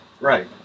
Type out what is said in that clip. Right